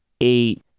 eight